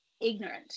ignorant